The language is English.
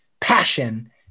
passion